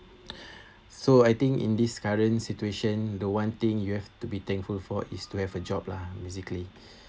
so I think in this current situation the one thing you have to be thankful for is to have a job lah basically